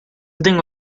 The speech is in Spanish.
tengo